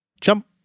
Jump